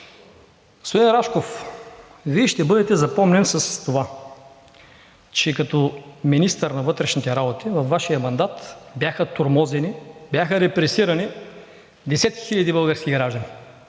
Господин Рашков, Вие ще бъдете запомнен с това, че като министър на вътрешните работи във Вашия мандат бяха тормозени, бяха репресирани десетки хиляди български граждани